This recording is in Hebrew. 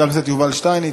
חבר הכנסת יובל שטייניץ,